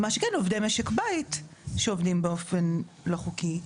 מה שכן עובדי משק בית שעובדים באופן לא חוקי,